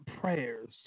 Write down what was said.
prayers